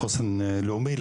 לחוסן לאומי,